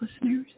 listeners